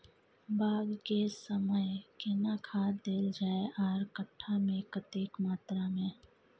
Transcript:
बाग के समय केना खाद देल जाय आर कट्ठा मे कतेक मात्रा मे?